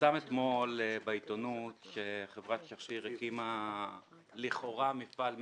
פורסם אתמול בעיתונות שחברת "שפיר" הקימה לכאורה מפעל מלט.